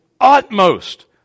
utmost